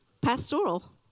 pastoral